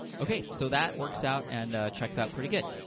ok, so that works out and checks out pretty good.